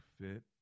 fit